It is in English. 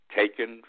taken